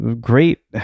great